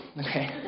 Okay